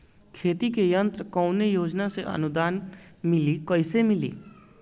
खेती के यंत्र कवने योजना से अनुदान मिली कैसे मिली?